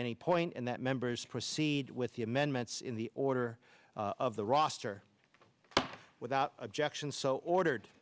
any point and that members proceed with the amendments in the order of the roster without objection so ordered